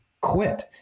quit